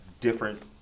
different